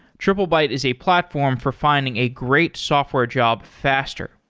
triplebyte is a platform for finding a great software job faster.